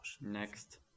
Next